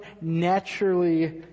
naturally